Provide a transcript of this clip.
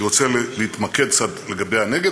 אני רוצה להתמקד קצת לגבי הנגב,